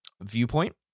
viewpoint